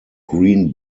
green